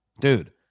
dude